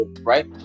right